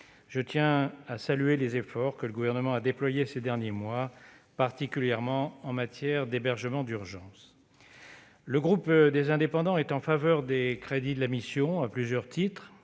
Je tiens à saluer les efforts que le Gouvernement a déployés ces derniers mois, particulièrement en matière d'hébergement d'urgence. Le groupe Les Indépendants est favorable à l'adoption des crédits de la mission à plusieurs titres.